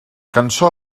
cançó